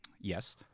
Yes